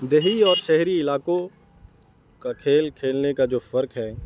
دیہی اور شہری علاقوں کا کھیل کھیلنے کا جو فرق ہے